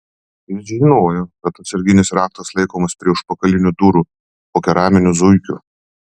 jis žinojo kad atsarginis raktas laikomas prie užpakalinių durų po keraminiu zuikiu